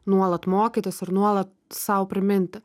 nuolat mokytis ir nuolat sau priminti